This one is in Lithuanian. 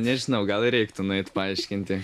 nežinau gal reiktų nueit paaiškinti